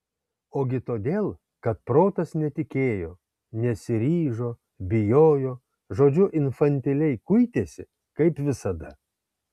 ogi todėl kad protas netikėjo nesiryžo bijojo žodžiu infantiliai kuitėsi kaip visada